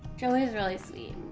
joey is really sweet